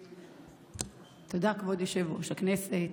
תודה, כבוד יושב-ראש הכנסת.